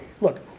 Look